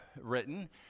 written